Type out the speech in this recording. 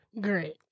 great